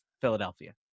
Philadelphia